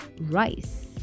rice